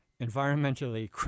environmentally